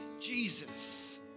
Jesus